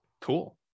cool